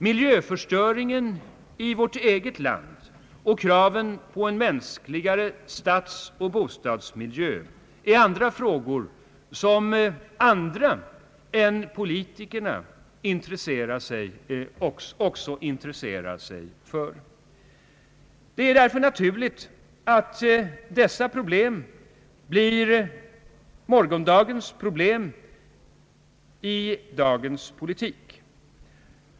Miljöförstöringen i vårt eget land och kravet på en mänskligare stadsoch bostadsmiljö är också frågor som andra än politikerna intresserar sig för. Det är därför naturligt att dessa problem måste vara morgondagens problem i dagens politik.